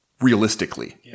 realistically